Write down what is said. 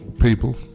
people